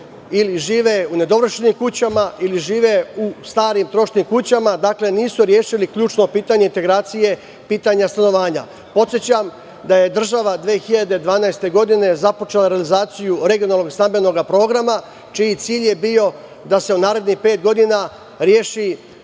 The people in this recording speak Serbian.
ili žive u nedovršenim kućama ili žive u starim trošnim kućama, dakle, nisu rešili ključno pitanje integracije, pitanje stanovanja. Podsećam da je država 2012. godine započela realizaciju regionalnog stambenog programa, čiji cilj je bio da se u narednih pet godina reši